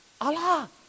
Allah